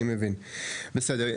אני מבין, בסדר.